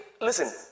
listen